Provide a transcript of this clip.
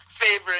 favorite